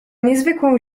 niezwykłą